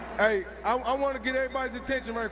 i i want to get everybody's attention like